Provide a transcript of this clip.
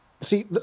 See